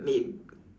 lame